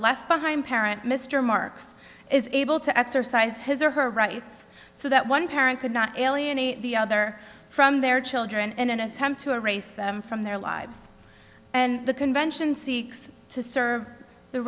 left behind parent mr marks is able to exercise his or her rights so that one parent could not alienate the other from their children in an attempt to erase them from their lives and the convention seeks to serve the